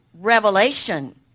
revelation